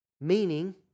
Meaning